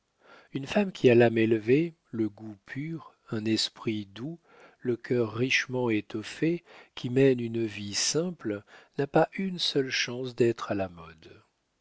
une femme qui a l'âme élevée le goût pur un esprit doux le cœur richement étoffé qui mène une vie simple n'a pas une seule chance d'être à la mode